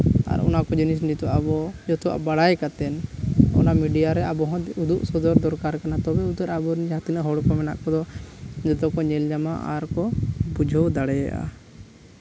ᱟᱨ ᱚᱱᱟᱠᱚ ᱡᱤᱱᱤᱥ ᱱᱤᱛᱚᱜ ᱟᱵᱚ ᱱᱤᱛᱚᱜ ᱵᱟᱲᱟᱭ ᱠᱟᱛᱮᱫ ᱚᱱᱟ ᱢᱤᱰᱤᱭᱟ ᱨᱮ ᱟᱵᱚ ᱦᱚᱸ ᱩᱫᱩᱜ ᱥᱚᱫᱚᱨ ᱫᱚᱨᱠᱟᱨ ᱠᱟᱱᱟ ᱛᱚᱵᱮ ᱩᱛᱟᱹᱨ ᱟᱵᱚᱨᱮᱱ ᱡᱟᱦᱟᱸ ᱛᱤᱱᱟᱹᱜ ᱦᱚᱲ ᱠᱚ ᱢᱮᱱᱟᱜ ᱠᱚᱫᱚ ᱡᱚᱛᱚ ᱠᱚ ᱧᱮᱞ ᱧᱟᱢᱟ ᱟᱨ ᱠᱚ ᱵᱩᱡᱷᱟᱹᱣ ᱫᱟᱲᱮᱭᱟᱜᱼᱟ